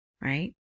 right